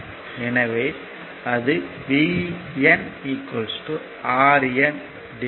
எனவே அது Vn RNR1 R2